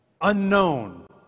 unknown